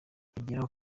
yongeraho